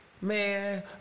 man